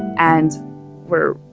and we're,